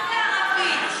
רק בערבית.